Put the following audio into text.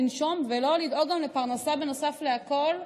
לנשום ולא לדאוג לפרנסה בנוסף לכול.